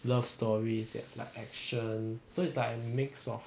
love stories that like action so it's like mixed lor